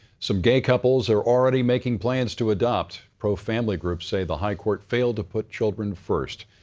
some gay couples are already making plans to adopt. pro-family groups say the high court failed to put children first.